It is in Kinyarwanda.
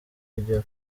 kugera